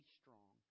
strong